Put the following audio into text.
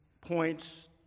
points